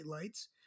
Lights